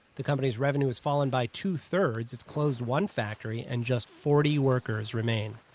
the company's revenue has fallen by two-thirds, it's closed one factory, and just forty workers remain